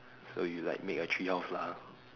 so you like make a tree house lah